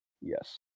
yes